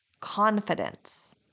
confidence